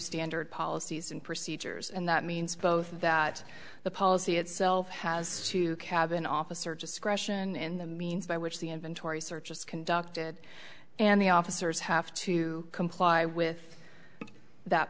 standard policies and procedures and that means both that the policy itself has to cabin officer discretion in the means by which the inventory search is conducted and the officers have to comply with that